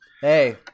Hey